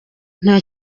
nta